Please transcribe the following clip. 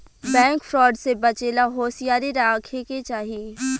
bank fraud से बचे ला होसियारी राखे के चाही